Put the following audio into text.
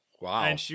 Wow